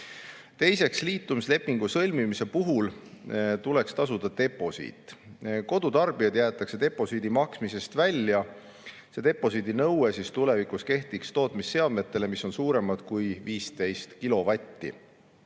Teiseks, liitumislepingu sõlmimise puhul tuleks tasuda deposiit. Kodutarbijad jäetakse deposiidi maksmisest välja. Deposiidi nõue kehtiks tulevikus tootmisseadmetele, mis on suuremad kui 15